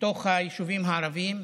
בתוך היישובים הערביים,